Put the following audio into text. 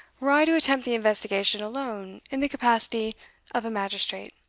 were i to attempt the investigation alone in the capacity of a magistrate.